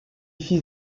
fils